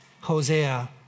Hosea